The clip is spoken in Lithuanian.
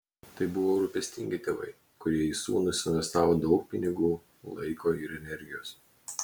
tai buvo rūpestingi tėvai kurie į sūnų suinvestavo daug pinigų laiko ir energijos